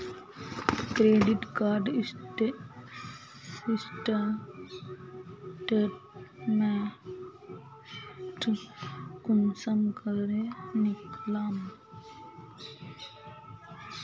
Credit card statement कुंसम करे निकलाम?